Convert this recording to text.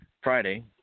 Friday